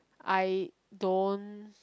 I don't